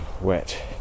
wet